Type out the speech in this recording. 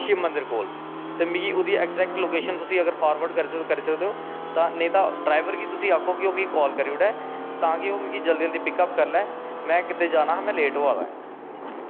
शिव मन्दिर कोल ते मिगी ओह्दी अगज़ैक्ट लोकेशन फार्वड़ करी सकदे ओ तां नेंई तां ड्राईवर गी तुस आक्खो कि मिगी काल करी ओड़ै तां कि ओह् मिगी जल्दी जल्दी पिकअप करी लै में कीते जाना हा में लेट होआ दा ऐं